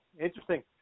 interesting